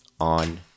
on